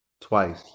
twice